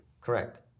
Correct